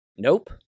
Nope